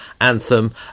anthem